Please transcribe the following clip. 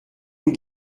nous